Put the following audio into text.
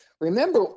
remember